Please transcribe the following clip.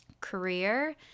career